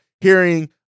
hearing